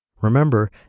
Remember